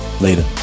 later